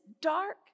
dark